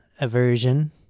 aversion